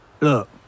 Look